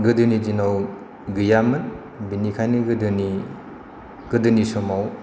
गोदोनि दिनाव गैयामोन बेनिखायनो गोदोनि समाव